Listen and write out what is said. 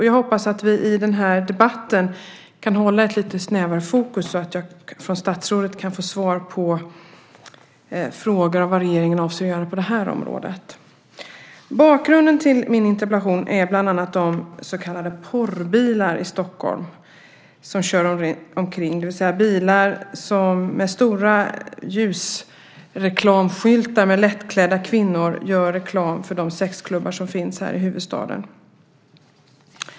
Jag hoppas att vi i den här debatten kan hålla ett lite snävare fokus så att jag från statsrådet kan få svar på frågan vad regeringen avser att göra på det här området. Bakgrunden till min interpellation är bland annat de så kallade porrbilar som kör omkring i Stockholm, det vill säga bilar som med stora ljusreklamskyltar med lättklädda kvinnor gör reklam för de sexklubbar som finns här i huvudstaden.